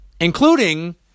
including